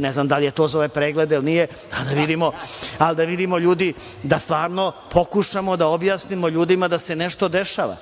Ne znam da li je to za ove preglede ili ne, ali da vidimo, ljudi, stvarno da pokušamo da objasnimo ljudima da se nešto dešava.